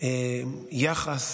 נקבל יחס